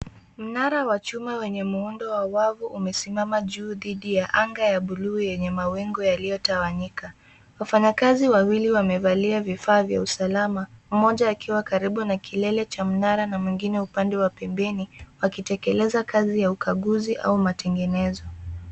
Mnara wa chuma wenye muundo wa wavu umesimama juu dhidi ya anga ya buluu yenye mawingu yaliyotawanyika. Wafanyakazi wawili wamevalia vifaa vya usalama mmoja akiwa karibu na kilele cha mnara na mwingine upande wa pembeni wakitekeleza kazi ya ukaguzi au matengenezo.